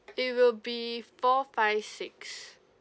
it will be four five six